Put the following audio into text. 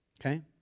okay